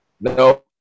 No